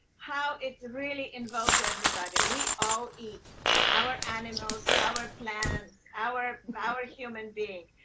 how it really involves everybody. we all eat our animals, our plants our our human being.